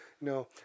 No